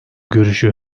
görüşü